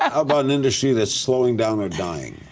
about an industry that's slowing down or dying?